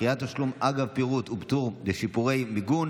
דחיית תשלום אגב פירוד ופטור לשיפורי מיגון),